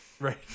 Right